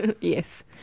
Yes